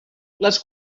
les